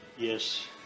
Yes